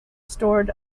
stored